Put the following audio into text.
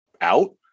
out